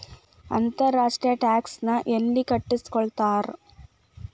ಅಂತರ್ ರಾಷ್ಟ್ರೇಯ ಟ್ಯಾಕ್ಸ್ ನ ಯೆಲ್ಲಿ ಕಟ್ಟಸ್ಕೊತಾರ್?